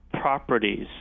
properties